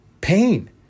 pain